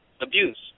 abuse